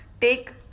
take